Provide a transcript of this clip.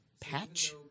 patch